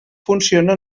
funciona